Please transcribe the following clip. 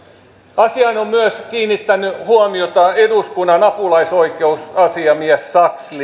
asiaan on myös kiinnittänyt huomiota eduskunnan apulaisoikeusasiamies sakslin